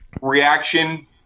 reaction